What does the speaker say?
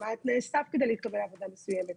ומה תנאי הסף כדי להתקבל לעבודה מסוימת.